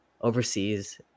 overseas